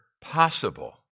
possible